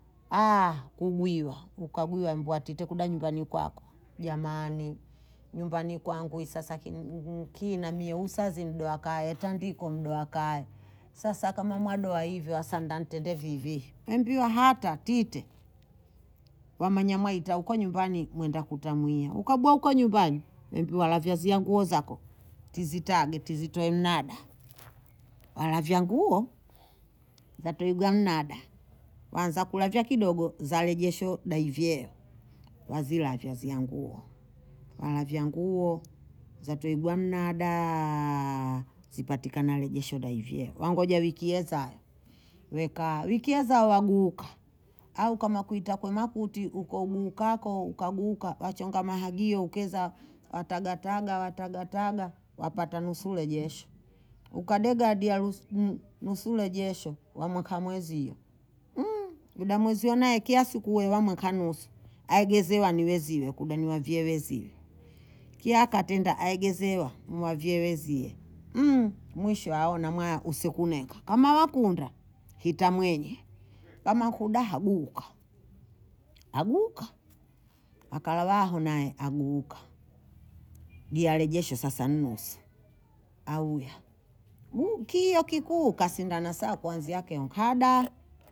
kubwiwa, ukabwiwa mbwa tite kuda nyumbani kwako, jamani nyumbani kwangu hii sasa kin- nii- kina kina mie usazi nidoha akae, atandiko mdoha akae, sasa kama mwadoha hivyo, hasa nda ntende vivi, hembiwa hata tite, wamanya mwaita huko nyumbani Mwenda kutamwiya, ukabuha huko nyumbani, wembiwa lavyazia nguo zako, tizitage, tizitoe mnada, walavyaa nguo, tatwiiga mnada, wanza kulavya kidogo za rejesho daivyee, wazilavya ziya nguo, walavya nguo, zatiigwa mnadaaaa zipatikana rejesho daivyee, wangojea wiki ezao, wekaa wiki ezao waguuka, au kama kuita kwema kuti, huko uguukako, ukaguka wachonga mahagio ukeza watagataga watagataga wapata nusu rejesho, ukadegadi harus mu- nusu rejesho wamweka mwezio, yuda mwezio naye kiya siku we wamweka nusu, aegezewa niwe ziwe kuda ni wa vyee wezie, kiya akatenda aegezewa mwavyee wezie mwisho aona mwaya usiku neka, kama wakunda hitamwege, kama kudaha guka, aguka akalawaho naye aguuka, dia rejesho sasa nnusu auya kio kikuu kasinda nasaa kwanzia nkeo kada